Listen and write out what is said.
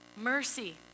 Mercy